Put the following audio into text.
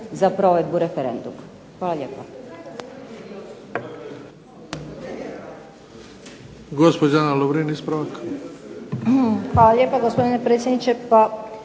za provedbu referenduma. Hvala lijepa.